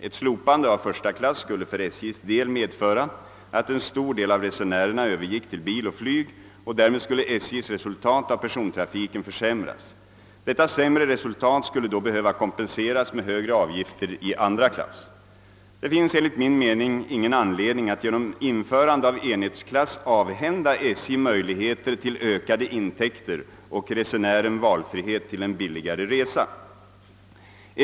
Ett slopande av första klass skulle för SJ:s del medföra att en stor del av resenärerna övergick till bil och flyg och därmed skulle SJ:s resultat av persontrafiken försämras. Detta sämre resultat skulle då behöva kompenseras med högre avgifter i andra klass. Det finns enligt min mening ingen anledning att genom införande av enhetsklass avhända SJ möjligheter till ökade intäkter och resenären valfrihet till en billigare resa.